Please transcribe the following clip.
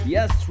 Yes